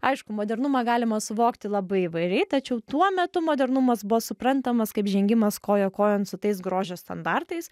aišku modernumą galima suvokti labai įvairiai tačiau tuo metu modernumas buvo suprantamas kaip žengimas koja kojon su tais grožio standartais